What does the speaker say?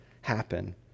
happen